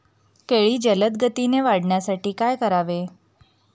केळी जलदगतीने वाढण्यासाठी काय करावे?